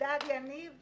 יסיים